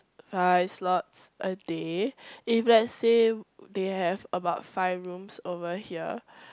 five slots a day if let's say they have about five rooms over here